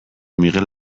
miguel